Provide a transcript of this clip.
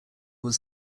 was